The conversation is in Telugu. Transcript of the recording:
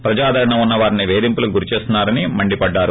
ప్రజాదరణ ఉన్న వారిని పేధింపులకు గురిచేస్తున్నారని మండిపడ్డారు